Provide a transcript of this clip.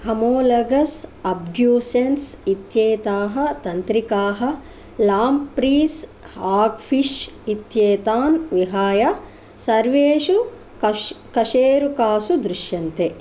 हमोलगस् abducens इत्येताः तन्त्रिकाः lampreys hagfish इत्येतान् विहाय सर्वेषु कशेरुकासु दृश्यन्ते